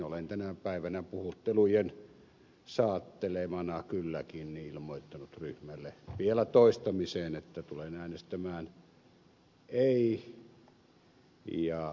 olen tänä päivänä puhuttelujen saattelemana kylläkin ilmoittanut ryhmälle vielä toistamiseen että tulen äänestämään ei